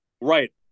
Right